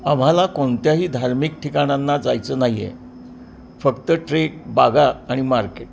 आम्हाला कोणत्याही धार्मिक ठिकाणांना जायचं नाही आहे फक्त ट्रेक बागा आणि मार्केट